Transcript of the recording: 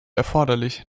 erforderlich